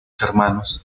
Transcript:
hermanos